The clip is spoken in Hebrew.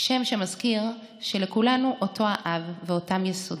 שם שמזכיר שלכולנו אותו האב ואותם יסודות.